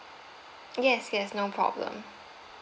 yes yes no problem